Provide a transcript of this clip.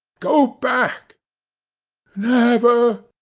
go back never,